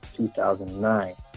2009